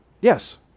Yes